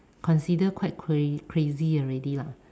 consider quite cr~ crazy already lah